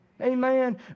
Amen